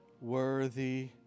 worthy